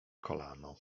kolano